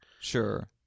Sure